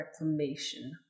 reclamation